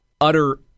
utter